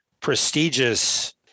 prestigious